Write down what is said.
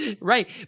right